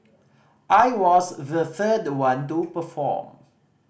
I was the third one to perform